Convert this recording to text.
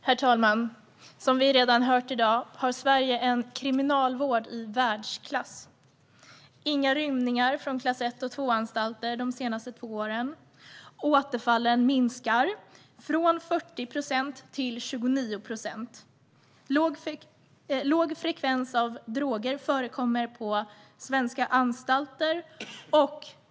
Herr talman! Som vi redan har hört i dag har Sverige en kriminalvård i världsklass. Inga rymningar från klass 1 och 2-anstalter har skett de senaste två åren. Återfallen minskar från 40 till 29 procent. Det är låg frekvens av droger på svenska anstalter.